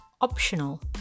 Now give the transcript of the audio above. optional